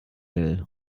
will